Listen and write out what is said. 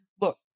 Look